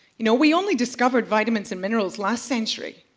you know we only discovered vitamins and minerals last century.